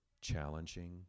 challenging